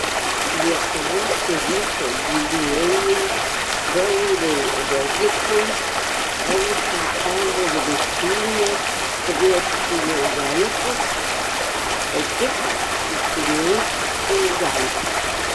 lietuvos ryto gynėjui dovydui redikui lkl rungtynės prieš juventus ekipą įsimins ilgam